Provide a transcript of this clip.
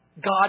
God